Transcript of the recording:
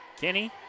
Kenny